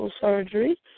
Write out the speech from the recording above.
surgery